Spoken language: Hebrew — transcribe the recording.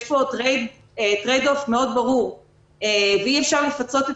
יש פה trade off מאוד ברור ואי אפשר לפצות את